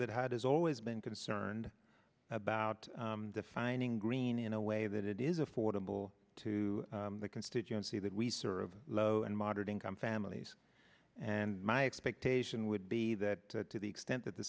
that has always been concerned about defining green in a way that it is affordable to the constituency that we serve low and moderate income families and my expectation would be that to the extent that the